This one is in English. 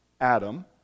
Adam